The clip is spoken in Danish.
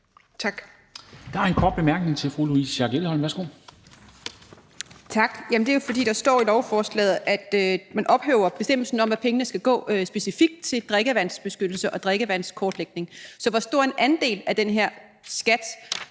Der er en kort bemærkning til Louise Schack Elholm. Værsgo. Kl. 11:10 Louise Schack Elholm (V): Tak. Det er, fordi der står i lovforslaget, at man ophæver bestemmelsen om, at pengene skal gå specifikt til drikkevandsbeskyttelse og drikkevandskortlægning. Så hvor stor en andel af den her skat